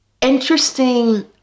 interesting